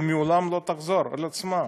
שלעולם לא תחזור על עצמה,